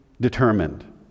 determined